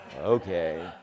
okay